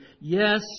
Yes